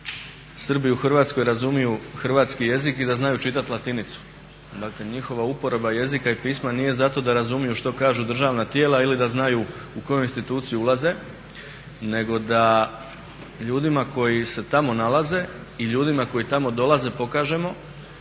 Srbi u Hrvatskoj razumiju hrvatski jezik i da znaju čitat latinicu, dakle njihova uporaba jezika i pisma nije za to da razumiju što kažu državna tijela ili da znaju u koju instituciju ulaze, nego da ljudima koji se tamo nalaze i ljudima koji tamo dolaze pokažemo